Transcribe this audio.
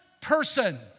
person